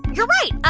you're right.